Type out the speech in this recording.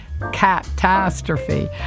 catastrophe